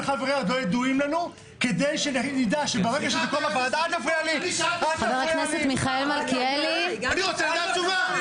חבריה לא ידועים לנו כדי שנדע- -- אני שאלתי שאלה רוצה תשובה.